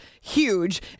huge